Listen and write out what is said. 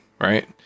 Right